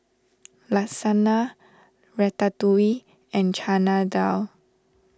Lasagna Ratatouille and Chana Dal